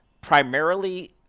primarily